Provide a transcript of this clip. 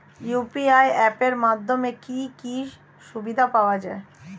UPI app এর মাধ্যমে কি কি সুবিধা পাওয়া যায়?